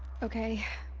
okay.